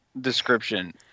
description